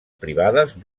privades